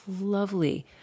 lovely